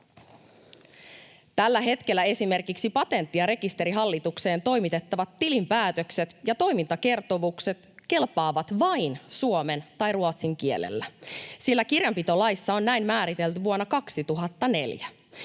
Tällä hetkellä esimerkiksi Patentti- ja rekisterihallitukseen toimitettavat tilinpäätökset ja toimintakertomukset kelpaavat vain suomen tai ruotsin kielellä, sillä kirjanpitolaissa on näin määritelty vuonna 2004.